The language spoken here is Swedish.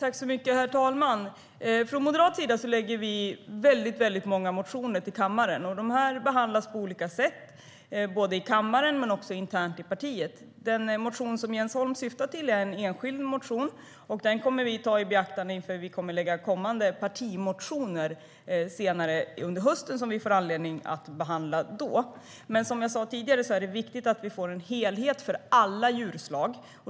Herr talman! Moderaterna väcker väldigt många motioner. De behandlas på olika sätt, både i kammaren och internt i partiet. Den motion som Jens Holm syftar på är en enskild motion. Den kommer vi att ta i beaktande inför kommande partimotioner som vi ska väcka senare under hösten, och vi får anledning att behandla den då. Som jag sa tidigare är det viktigt att vi får en helhet för alla djurslag.